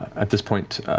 at this point,